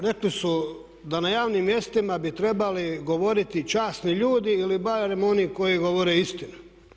Rekli su da na javnim mjestima bi trebali govoriti časni ljudi ili barem oni koji govore istinu.